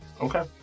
Okay